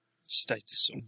status